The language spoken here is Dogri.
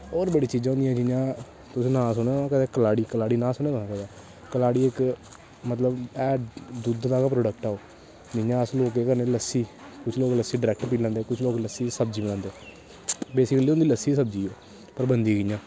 होर बड़ी चीजां होंदियां जियां तुसें नांऽ सुने दा होना तुसें कुतै कलाड़ी कलाड़ी नांऽ सुने दा कुतै कलाड़ी इक मतलब ऐ दुद्ध दा गै प्रोडेक्ट ऐ ओह् जियां अस लोक केह् करने होन्ने लस्सी कुछ लोक लस्सी डरैक्ट पी लैंदे कुछ लोक लस्सी दी सब्जी बनांदे बेसीकली होंदी लस्सी दी सब्जी पर बनदी कि'यां